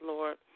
Lord